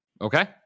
Okay